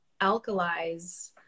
alkalize